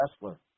wrestler